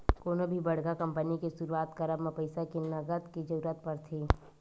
कोनो भी बड़का कंपनी के सुरुवात करब म पइसा के नँगत के जरुरत पड़थे